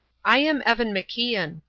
i am evan macian,